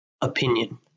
opinion